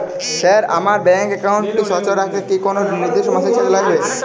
Sir আমার bank একাউন্টটি সচল রাখতে কি কোনো নির্দিষ্ট মাসিক চার্জ লাগবে?